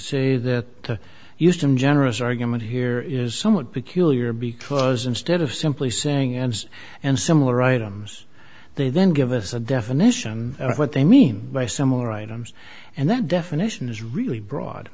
say that used i'm generous argument here is somewhat peculiar because instead of simply saying and and similar items they then give us a definition of what they mean by similar items and that definition is really broad